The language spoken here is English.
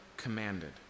commanded